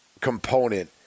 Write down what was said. component